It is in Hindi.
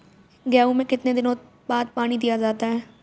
गेहूँ में कितने दिनों बाद पानी दिया जाता है?